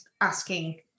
asking